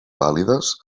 vàlides